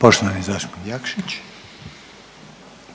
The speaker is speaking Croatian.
**Jakšić, Mišel (SDP)**